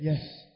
Yes